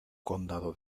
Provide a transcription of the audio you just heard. condado